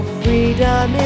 freedom